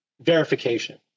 verification